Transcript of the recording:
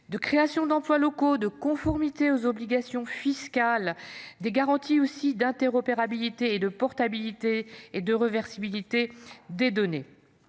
de création d’emplois locaux, de conformité aux obligations fiscales, et offrir des garanties d’interopérabilité, de portabilité et de réversibilité des données.